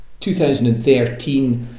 2013